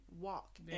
walk